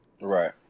Right